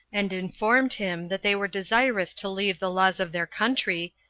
and informed him that they were desirous to leave the laws of their country,